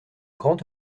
grand